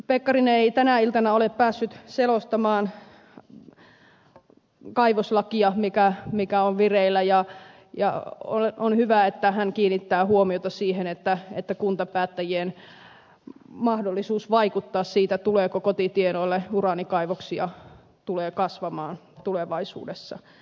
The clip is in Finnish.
ministeri pekkarinen ei tänä iltana ole päässyt selostamaan kaivoslakia joka on vireillä ja on hyvä että hän kiinnittää huomiota siihen että kuntapäättäjien mahdollisuus vaikuttaa siihen tuleeko kotitienoille uraanikaivoksia tulee kasvamaan tulevaisuudessa